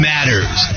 Matters